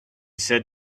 said